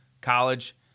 college